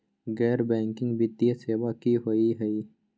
गैर बैकिंग वित्तीय सेवा की होअ हई?